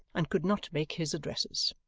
and could not make his addresses.